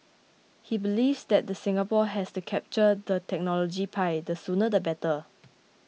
he believes that the Singapore has to capture the technology pie the sooner the better